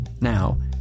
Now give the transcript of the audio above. now